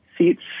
seats